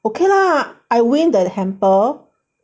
okay lah I win the hamper